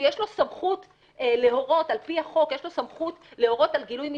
שעל פי חוק יש לו סמכות להורות על גילוי מסמכים,